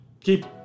keep